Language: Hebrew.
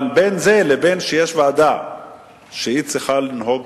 אבל בין זה לבין זה שיש ועדה שצריכה לנהוג